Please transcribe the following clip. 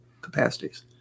capacities